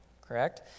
correct